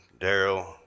Daryl